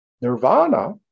Nirvana